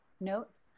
notes